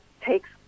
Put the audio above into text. takes